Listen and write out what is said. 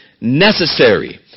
necessary